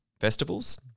festivals